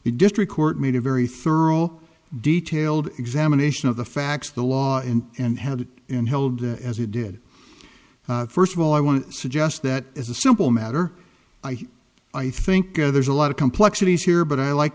district court made a very thorough detailed examination of the facts of the law and held it and held it as he did first of all i want to suggest that as a simple matter i think there's a lot of complexities here but i like